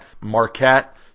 Marquette